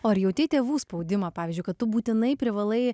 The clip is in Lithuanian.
o ar jautei tėvų spaudimą pavyzdžiui kad tu būtinai privalai